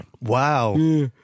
wow